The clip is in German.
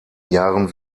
jahren